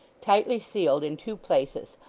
tightly sealed in two places,